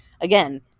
again